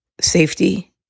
Safety